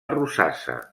rosassa